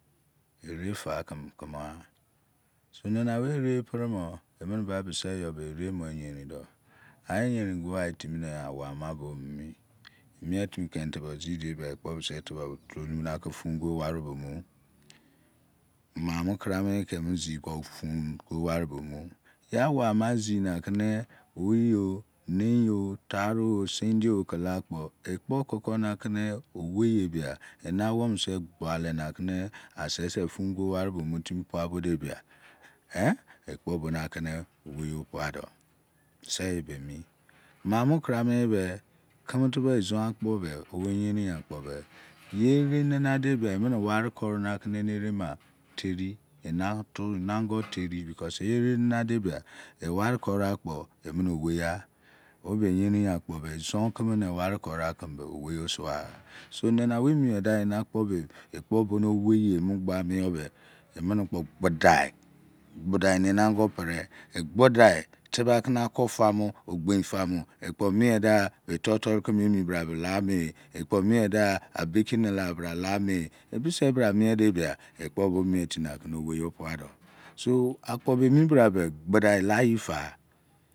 Era fa kimi kimi ghan so nanaowei are e pri bo e mini ba bisi yo be eree mo yerin do a eyerin geai timi ne awoun ama bo mini mi emie timi keni tubou zi de bia ekpo bisi tubou trenu mu na ki fun-go-wari bi onir maamo karamo ye ke mo zi kpo fun-go-wari no anu ye awpu ama zi na kini